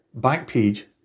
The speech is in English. Backpage